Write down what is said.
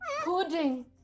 pudding